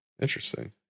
Interesting